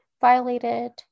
violated